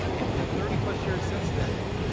in the thirty plus years since then,